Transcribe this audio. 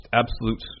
absolute